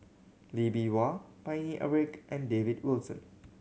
Lee Bee Wah Paine Eric and David Wilson